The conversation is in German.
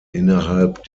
innerhalb